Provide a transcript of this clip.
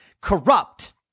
corrupt